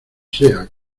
sea